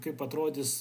kaip atrodys